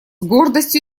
гордостью